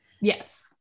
Yes